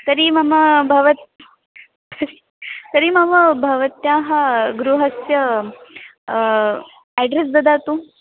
तर्हि मम भवत्याः तर्हि मम भवत्याः गृहस्य अड्रेस् ददातु